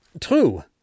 True